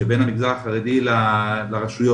שבין המגזר החרדי לרשויות